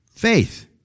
Faith